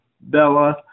Bella